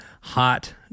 hot